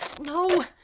No